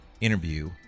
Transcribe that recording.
interview